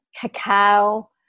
cacao